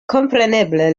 kompreneble